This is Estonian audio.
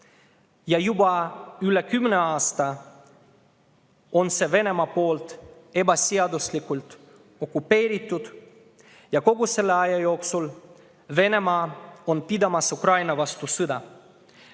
ja juba üle kümne aasta on Venemaa seda ebaseaduslikult okupeerinud. Kogu selle aja jooksul on Venemaa pidanud Ukraina vastu sõda.